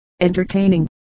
entertaining